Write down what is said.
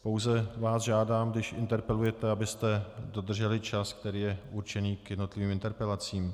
Pouze vás žádám, když interpelujete, abyste dodrželi čas, který je určený k jednotlivým interpelacím.